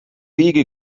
wiege